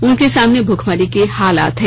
उनके सामने भुखमरी के हालात हैं